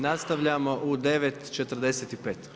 Nastavljamo u 9,45.